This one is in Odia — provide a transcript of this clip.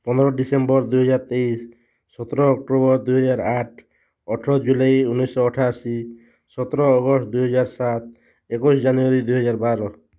ପନ୍ଦର ଡିସେମ୍ବର ଦୁଇହଜାର ତେଇଶ ସତର ଅକ୍ଟୋବର ଦୁଇହଜାର ଆଠ ଅଠର ଜୁଲାଇ ଉଣେଇଶଶହ ଅଠାଅଶୀ ସତର ଅଗଷ୍ଟ ଦୁଇହଜାର ସାତ ଏକୋଇଶ ଜାନୁୟାରୀ ଦୁଇହଜାର ବାର